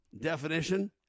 definition